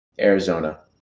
Arizona